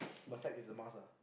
but sex is a must ah